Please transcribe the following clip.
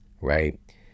right